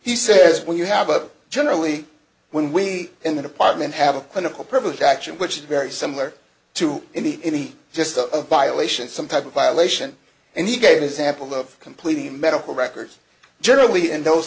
he says when you have a generally when we in the department have a clinical privilege action which is very similar to the just a violation some type of violation and he gave a sample of completely medical records generally in those